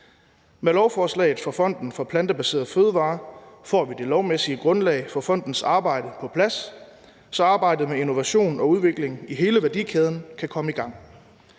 Med lovforslaget for Fonden for Plantebaserede Fødevarer får vi det lovmæssige grundlag for fondens arbejde på plads, så arbejdet med innovation og udvikling i hele værdikæden kan komme i gang.